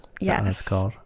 Yes